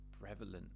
prevalent